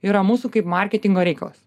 yra mūsų kaip marketingo reikalas